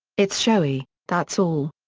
it's showy, that's all.